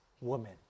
woman